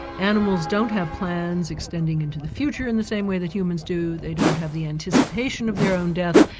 animals don't have plans extending into the future in the same way that humans do, they don't have the anticipation of their own death,